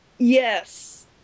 Yes